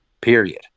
period